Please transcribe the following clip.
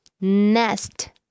nest